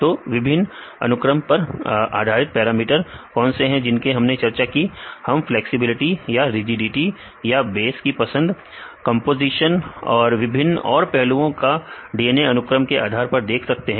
तो विभिन्न अनुक्रम पर आधारित पैरामीटर कौन से हैं जिनकी हम ने चर्चा की हम फ्लैक्सिबिलिटी या रईजीडीटी या बेस की पसंद कंपोजिशन और विभिन्न और पहलुओं को DNA अनुक्रम के आधार पर देख सकते हैं